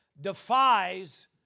defies